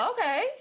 okay